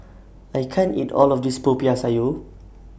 I can't eat All of This Popiah Sayur